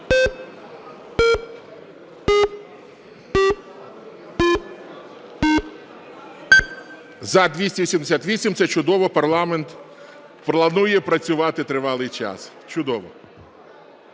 За-288 Це чудово. Парламент планує працювати тривалий час. Чудово.